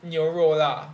牛肉 lah